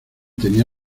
tenía